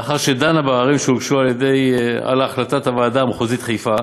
לאחר שדנה בעררים שהוגשו על החלטת הוועדה המחוזית חיפה